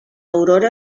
aurora